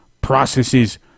processes